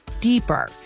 deeper